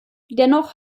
dennoch